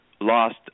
lost